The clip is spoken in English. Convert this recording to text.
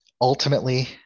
ultimately